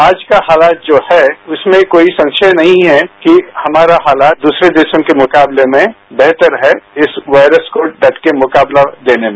आज का हालात जो है उसमें कोई संसय नहीं है कि हमारा हालात दूसरे देशों के मुकाबले में बेहतर है इस वायरस को डट के मुकाबला देने में